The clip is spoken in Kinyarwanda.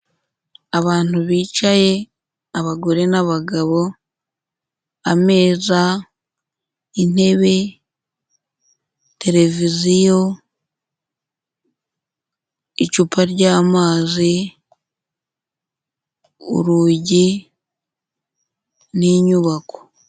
Abantu bicaye abagore n'abagabo, ameza, intebe, televiziyo, icupa ry'amazi, urugi n'inyubako.